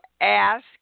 ask